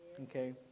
Okay